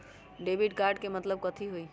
Debit card के मतलब कथी होई?